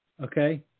Okay